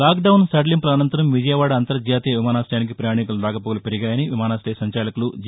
lockdown సడలింపుల అనంతరం విజయవాడ అంతర్జాతీయ విమానాశయానికి వ య ూ ణీ కు ల రాకపోకలు పెరిగాయని విమాయాశ్రయ సంచాలకులు జి